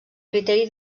criteri